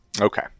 Okay